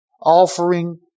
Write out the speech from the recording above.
offering